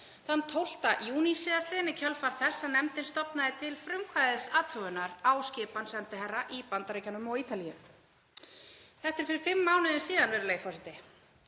þann 12. júní síðastliðinn í kjölfar þess að nefndin stofnaði til frumkvæðisathugunar á skipan sendiherra í Bandaríkjunum og á Ítalíu. Þetta er fyrir fimm mánuðum síðan, virðulegi forseti.